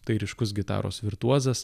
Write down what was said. tai ryškus gitaros virtuozas